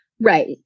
Right